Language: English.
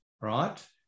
right